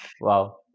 Wow